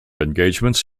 engagements